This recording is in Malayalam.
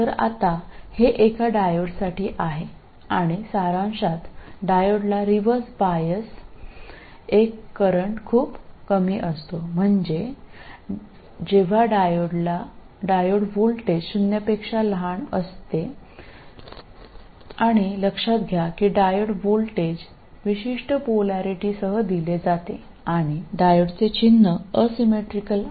അതിനാൽ ഇപ്പോൾ ഇത് ഒരു ഡയോഡിനാണ് ചുരുക്കത്തിൽ ഡയോഡിന് റിവേഴ്സ് ബയസിൽ വളരെ ചെറിയ കറന്റ് ഉണ്ട് അതായത് ഡയോഡ് വോൾട്ടേജ് പൂജ്യത്തേക്കാൾ ചെറുതായിരിക്കുമ്പോൾ ഡയോഡ് വോൾട്ടേജ് നിർദ്ദിഷ്ട പോളാരിറ്റി ഉപയോഗിച്ച് നിർവ്വചിച്ചിരിക്കുന്നതും ഡയോഡിന്റെ ചിഹ്നം അസമമായതുമാണ്